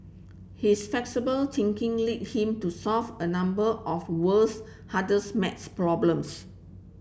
his flexible thinking lead him to solve a number of world's hardest maths problems